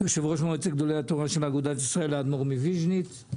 יושב-ראש גדולי התורה של אגודת ישראל האדמו"ר מויז'ניץ,